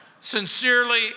Sincerely